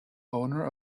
owner